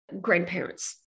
grandparents